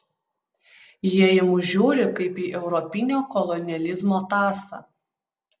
jie į mus žiūri kaip į europinio kolonializmo tąsą